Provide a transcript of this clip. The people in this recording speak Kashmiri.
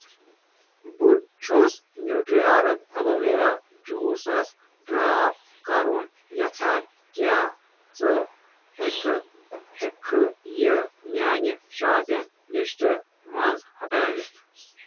بہٕ چھُس نیوٗٹرٛی آرگ ایلو وٮ۪را جوٗسَس ڈراپ کرُن یژھان کیٛاہ ژٕ ہٮ۪کہٕ ہیٚکٕکھٕ یہِ میانہِ شاپنگ لسٹ منٛز ہٹٲوِتھ